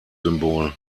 symbol